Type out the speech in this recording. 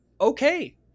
okay